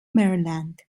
maryland